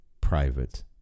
private